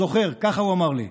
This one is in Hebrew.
זוכר, ככה הוא אמר לי.